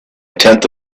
tenth